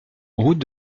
route